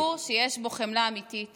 הוא ציבור שיש בו חמלה אמיתית